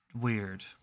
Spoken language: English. weird